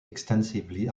extensively